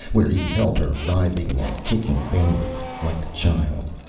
where he held her writhing and kicking vainly, like a child.